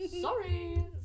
Sorry